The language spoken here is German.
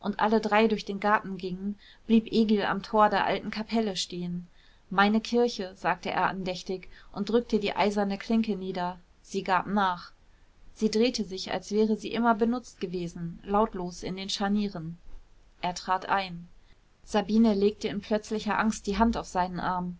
alle drei durch den garten gingen blieb egil am tor der alten kapelle stehen meine kirche sagte er andächtig und drückte die eiserne klinke nieder sie gab nach sie drehte sich als wäre sie immer benutzt gewesen lautlos in den scharnieren er trat ein sabine legte in plötzlicher angst die hand auf seinen arm